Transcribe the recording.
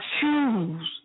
choose